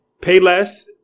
Payless